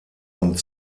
und